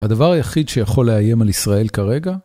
הדבר היחיד שיכול לאיים על ישראל כרגע?